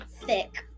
thick